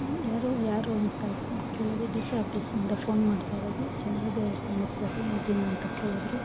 ಯಾರು ಯಾರು ಅಂತ ಕೇಳಿದೆ ಡಿ ಸಿ ಆಫೀಸಿಂದ ಫೋನ್ ಮಾಡ್ತಾಯಿರೋದು ಚಂದ್ರೋದಯ ಸಂಘದ್ ಪ್ರತಿನಿಧಿನಾ ಅಂತ ಕೇಳಿದ್ರು